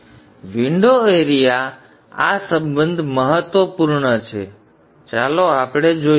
તેથી window area આ સંબંધ મહત્વપૂર્ણ છે હવે ચાલો આપણે કહીએ